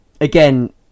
again